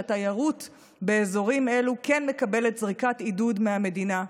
והתיירות באזורים אלו כן מקבלת זריקת עידוד מהמדינה.